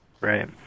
Right